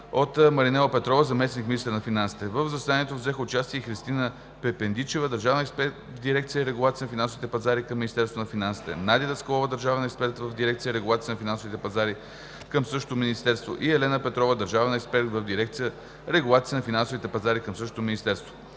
от Маринела Петрова – заместник-министър на финансите. В заседанието участие взеха и Христина Пендичева – държавен експерт в дирекция „Регулация на финансовите пазари“ към Министерството на финансите, Надя Даскалова, държавен експерт в дирекция „Регулация на финансовите пазари“ към същото Министерство, и Елена Петрова – държавен експерт в дирекция „Регулация на финансовите пазари“ към същото Министерство.